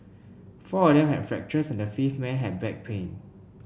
four of them had fractures and the fifth man had back pain